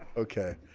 okay